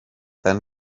then